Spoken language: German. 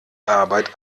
arbeit